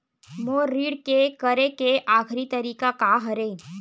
मोर ऋण के करे के आखिरी तारीक का हरे?